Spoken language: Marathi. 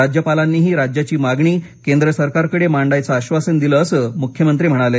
राज्यपालांनीही राज्याची मागणी केंद्र सरकारकडे मांडायचं आश्वासन दिलं असं मुख्यमंत्री म्हणाले